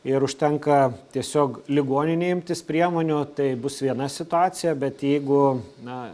ir užtenka tiesiog ligoninei imtis priemonių tai bus viena situacija bet jeigu na